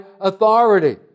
authority